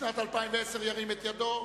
ירים את ידו.